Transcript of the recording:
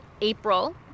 April